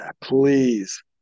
Please